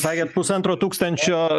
sakėt pusantro tūkstančio